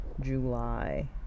July